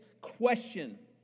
question